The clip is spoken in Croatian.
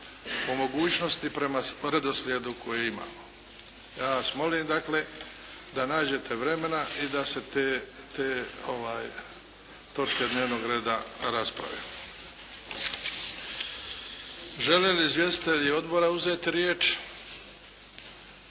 po mogućnosti prema redoslijedu koji imamo. Ja vas molim dakle da nađete vremena i da se te točke dnevnog reda rasprave. Žele li izvjestitelji odbora uzeti riječ?